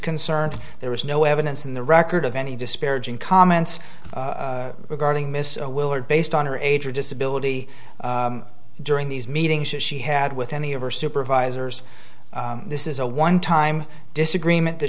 concerned there was no evidence in the record of any disparaging comments regarding miss willard based on her age or disability during these meetings that she had with any of her supervisors this is a one time disagreement that